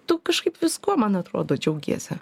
tu kažkaip viskuo man atrodo džiaugiesi